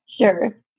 Sure